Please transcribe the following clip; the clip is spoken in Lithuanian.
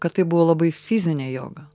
kad tai buvo labai fizinė joga